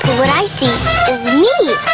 what i see is me.